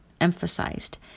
Emphasized